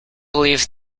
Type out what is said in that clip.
believe